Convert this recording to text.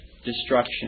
Destruction